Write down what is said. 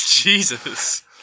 Jesus